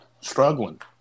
struggling